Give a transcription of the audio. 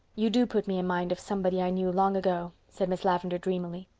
you do put me in mind of somebody i knew long ago, said miss lavendar dreamily.